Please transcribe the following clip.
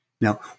Now